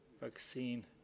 vaccine